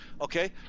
Okay